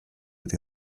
die